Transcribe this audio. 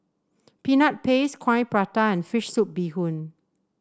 Peanut Paste Coin Prata and fish soup Bee Hoon